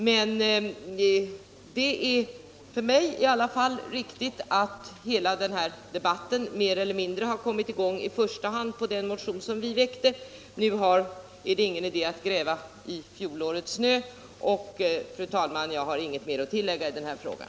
För mig är det i alla fall riktigt att hela den här debatten kom i gång efter den motion som vi väckte. Fru talman! Nu är det ingen idé att gräva i fjolårets snö. Jag har inget mer att tillägga i den här frågan.